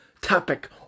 topic